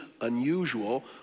unusual